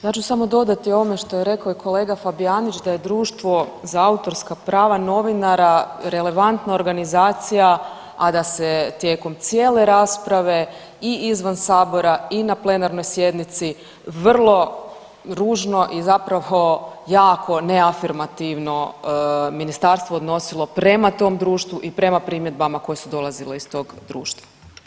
Ja ću samo dodati ovome što je rekao kolega Fabijanić da je Društvo za autorska prava novinara relevantna organizacija, a da se tijekom cijele rasprave i izvan sabora i na plenarnoj sjednici vrlo ružno i zapravo jako ne afirmativno ministarstvo odnosilo prema tom društvu i prema primjedbama koje su dolazile iz tog društva.